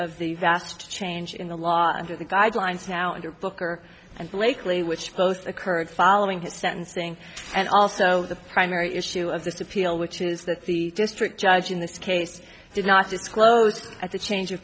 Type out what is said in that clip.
of the vast change in the law under the guidelines now under booker and blakely which both occurred following his sentencing and also the primary issue of this appeal which is that the district judge in this case did not disclose at the change of